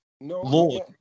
Lord